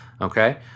Okay